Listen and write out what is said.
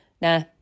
Nah